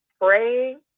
praying